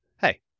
Hey